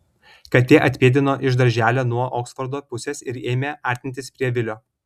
katė atpėdino iš darželio nuo oksfordo pusės ir ėmė artintis prie vilio